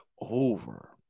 over